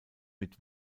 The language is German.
mit